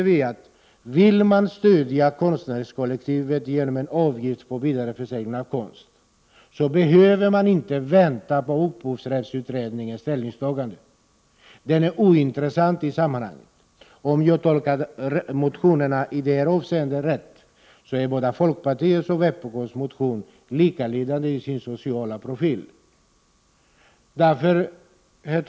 Vill man stödja konstnärskollektivet genom en avgift på vidareförsäljning av konst behöver man inte vänta på upphovsrättsutredningens ställningstagande. Detta är ointressant i sammanhanget. Om jag tolkat motionerna i detta avseende rätt, sammanfaller folkpartiets och vpk:s motioner när det gäller den sociala profilen. Herr talman!